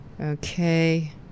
Okay